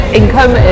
income